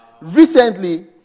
Recently